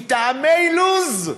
מטעמי לו"ז,